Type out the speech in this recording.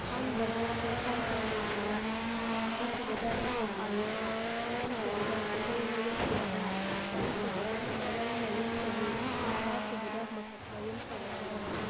ꯑꯍꯥꯟꯕꯗ ꯂꯩꯁꯥꯡꯈꯣꯡ ꯔꯥꯐꯤꯌꯥ ꯑꯅꯤꯁꯨꯕꯗ ꯏꯐꯝ ꯑꯥꯔꯤꯐꯥ ꯑꯍꯨꯝꯁꯨꯕꯗ ꯐꯨꯟꯗ꯭ꯔꯩꯃꯌꯨꯝ ꯖꯍꯦꯔꯥ ꯃꯔꯤꯁꯨꯕꯗ ꯃꯌꯥꯡꯃꯌꯨꯝ ꯁꯣꯅꯤ ꯃꯉꯥꯁꯨꯕꯗ ꯃꯀꯛꯃꯌꯨꯝ ꯇꯥꯕꯁꯨꯝ